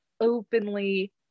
openly